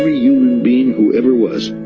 human being who ever was,